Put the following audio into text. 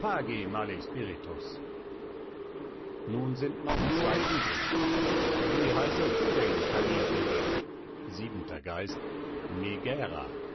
male spiritus nun sind noch zwei übrig wie heißest du denn kaminfeger siebenter geist megära